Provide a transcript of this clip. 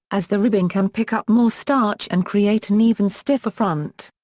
as the ribbing can pick up more starch and create an even stiffer front.